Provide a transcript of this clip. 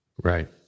Right